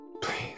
Please